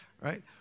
right